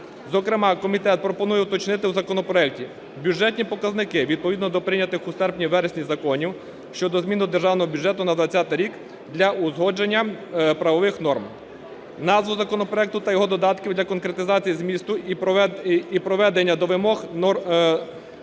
Зокрема, комітет пропонує уточнити в законопроекті бюджетні показники відповідно до прийнятих у серпні-вересні законів щодо змін до Державного бюджету на 20-й рік для узгодження правових норм, назву законопроекту та його додатків для конкретизації змісту і приведення до вимог